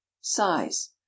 size